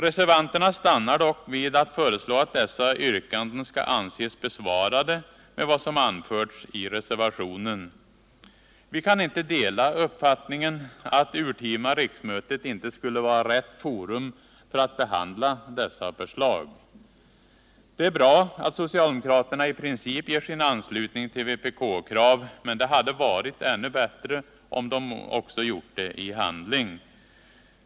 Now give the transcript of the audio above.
Reservanterna stannar dock vid att föreslå att dessa yrkanden skall anses besvarade med vad som anförts i reservationen. Vi kan inte dela uppfattningen att det urtima riksmötet inte skulle vara rätt forum för att behandla dessa förslag. Det är bra att socialdemokraterna i princip ger sin anslutning tillvpk-krav, men det hade varit ännu bättre om de också gjort det i handling.